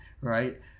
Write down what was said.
right